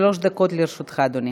שלוש דקות לרשותך, אדוני.